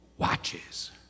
watches